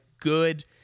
good